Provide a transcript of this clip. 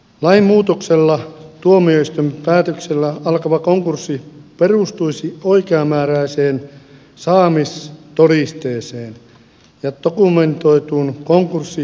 lainmuutoksella tuomioistuimen päätöksellä alkava konkurssi perustuisi oikeamääräiseen saamistodisteeseen ja dokumentoituun konkurssivelkojan saatavaan